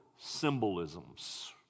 symbolisms